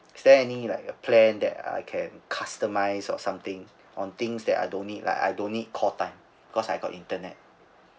is there any like a plan that I can customise or something on things that I don't need lah I don't need call time cause I got internet